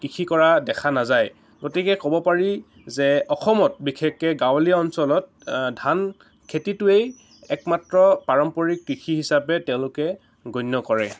কৃষি কৰা দেখা নাযায় গতিকে ক'ব পাৰি যে অসমত বিশেষকৈ গাঁৱলীয়া অঞ্চলত ধান খেতিটোৱেই একমাত্ৰ পাৰম্পৰিক কৃষি হিচাপে তেওঁলোকে গণ্য কৰে